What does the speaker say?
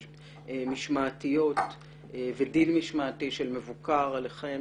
משמעתיות ודין משמעתי של מבוקר עליכם,